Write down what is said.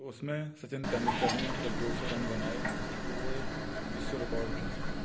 उसमें सचिन तेंदुलकर ने जब दो सौ रन बनाए तो वो एक विश्व रिकॉर्ड था